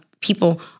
people